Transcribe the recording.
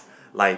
like